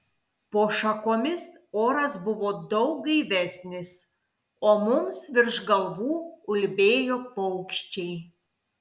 po šakomis oras buvo daug gaivesnis o mums virš galvų ulbėjo paukščiai